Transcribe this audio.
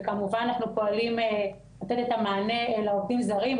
וכמובן אנחנו פועלים לתת את המענה לעובדים הזרים,